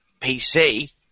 PC